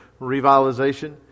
revitalization